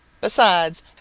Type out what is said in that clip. Besides